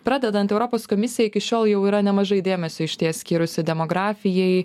pradedant europos komisija iki šiol jau yra nemažai dėmesio išties skyrusi demografijai